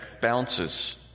bounces